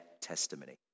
testimony